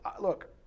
Look